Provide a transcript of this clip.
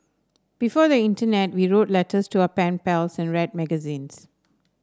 before the internet we wrote letters to our pen pals and read magazines